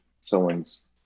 someone's